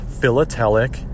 philatelic